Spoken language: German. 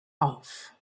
auf